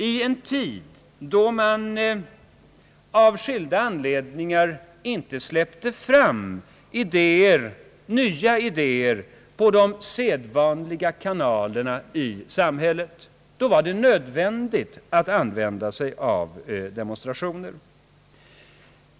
I en tid då man av skilda anledningar inte släppte fram nya idéer på de sedvanliga kanalerna i samhället, var det nödvändigt att använda demonstrationer.